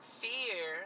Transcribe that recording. fear